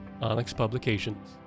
onyxpublications